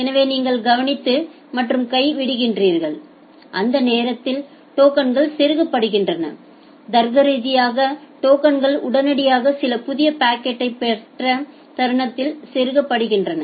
எனவே நீங்கள் கவனித்து மற்றும் கை விடுகிறீர்கள் அந்த நேரத்தில் டோக்கன் செருகப்படுகின்றன தர்க்கரீதியான டோக்கன்கள் உடனடியாக சில புதிய பாக்கெட்டைப் பெற்ற தருணத்தில் செருகப்படுகின்றன